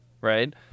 right